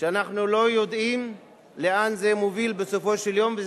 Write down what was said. שעדיין בעיצומו ואנחנו לא יודעים לאן זה מוביל בסופו של יום.